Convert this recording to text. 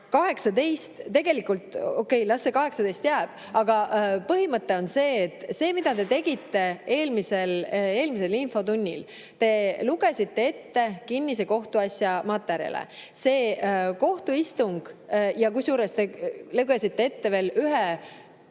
... Tegelikult, okei, las see 18 jääb. Aga põhimõte on see, et see, mida te tegite eelmises infotunnis – te lugesite ette kinnise kohtuasja materjale. Kusjuures te lugesite ette veel ühe